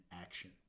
action